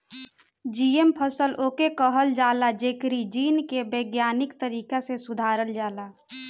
GM फसल उके कहल जाला जेकरी जीन के वैज्ञानिक तरीका से सुधारल जाला